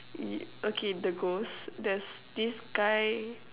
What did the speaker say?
ye~ okay the ghost there's this guy